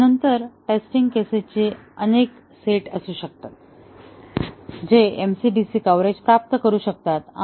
पण नंतर टेस्टिंग केसेसचे अनेक सेट असू शकतात जे MCDC कव्हरेज प्राप्त करू शकतात